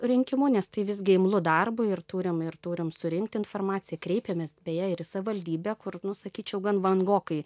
rinkimu nes tai visgi imlu darbui ir turim ir turim surinkti informaciją kreipėmės beje ir į savivaldybę kur nu sakyčiau gan vangokai